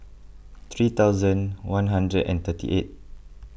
three thousand one hundred and thirty eight